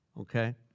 okay